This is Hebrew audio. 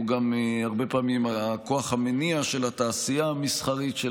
הוא גם הרבה פעמים הכוח המניע של התעשייה המסחרית של